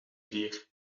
bier